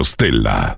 Stella